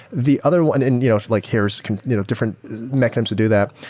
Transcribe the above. the other one, and you know like here's kind of different mechanisms to do that.